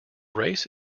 race